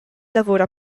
lavora